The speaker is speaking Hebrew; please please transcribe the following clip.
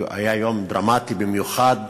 היה יום דרמטי במיוחד.